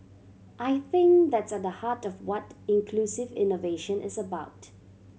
I think that's at the heart of what inclusive innovation is about